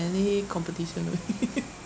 any competition already